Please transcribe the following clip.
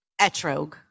etrog